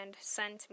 sent